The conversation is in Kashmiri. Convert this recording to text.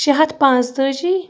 شےٚ ہَتھ پانٛژتأجی